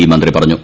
E മന്ത്രി പറഞ്ഞു